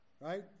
right